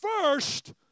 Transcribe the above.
first